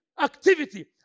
Activity